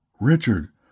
Richard